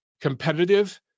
competitive